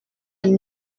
and